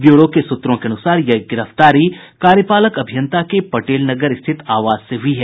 bureau के सूत्रों के अनुसार यह गिरफ्तारी कार्यपालक अभियंता के पटेल नगर स्थित आवास से हुई है